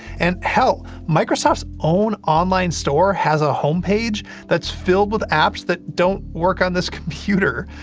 and, hell, microsoft's own online store has a homepage that's filled with apps that don't work on this computer!